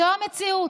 זו המציאות.